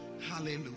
hallelujah